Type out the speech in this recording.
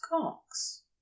cocks